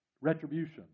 retribution